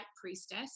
priestess